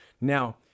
Now